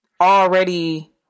already